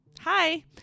Hi